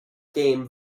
game